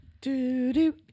Do-do